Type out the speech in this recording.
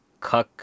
cuck